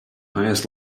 highest